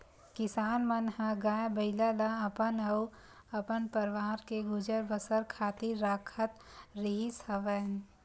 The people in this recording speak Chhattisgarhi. किसान मन ह गाय, बइला ल अपन अउ अपन परवार के गुजर बसर खातिर राखत रिहिस हवन